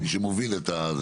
מי שמוביל את זה,